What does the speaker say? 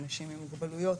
אנשים עם מוגבלויות.